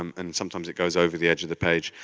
um and sometimes it goes over the edge of the page.